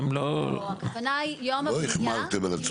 לא החמרתם על עצמכם.